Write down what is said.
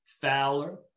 Fowler